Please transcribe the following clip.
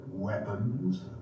weapons